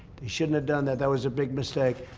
they shouldn't have done that that was a big mistake.